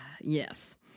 yes